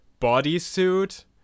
bodysuit